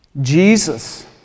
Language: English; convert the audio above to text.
Jesus